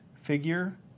figure